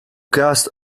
cast